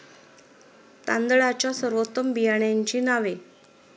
तांदळाच्या सर्वोत्तम बियाण्यांची नावे?